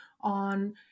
on